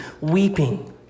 weeping